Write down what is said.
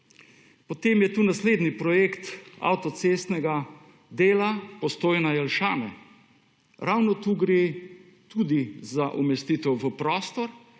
Potem je tukaj naslednji projekt avtocestnega dela Postojna-Jelšane. Ravno tukaj gre tudi za umestitev v prostor